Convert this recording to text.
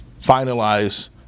finalize